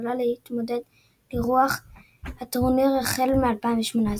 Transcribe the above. יכולה להתמודד על אירוח הטורניר החל מ-2018.